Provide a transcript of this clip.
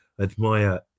admire